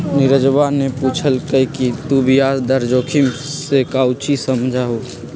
नीरजवा ने पूछल कई कि तू ब्याज दर जोखिम से काउची समझा हुँ?